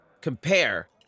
compare